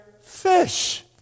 fish